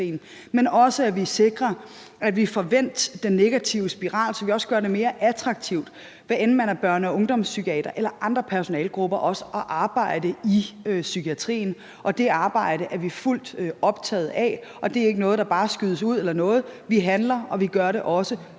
men også, at vi sikrer, at vi får vendt den negative spiral, så vi gør det mere attraktivt, hvad enten man er børne- og ungdomspsykiater eller i andre personalegrupper, at arbejde i psykiatrien. Det arbejde er vi fuldt optaget af, og det er ikke noget, der bare skydes ud eller noget. Vi handler, og vi gør det også